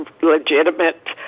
legitimate